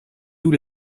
tous